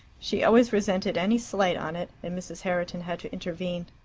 she always resented any slight on it, and mrs. herriton had to intervene.